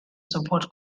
support